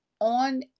on